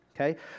okay